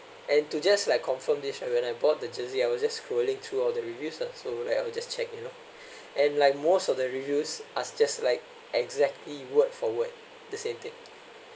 and to just like confirm this right when I bought the jersey I was just scrolling through all the reviews ah so like I will just check you know and like most of the reviews are just like exactly word for word the same thing